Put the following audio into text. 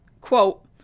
Quote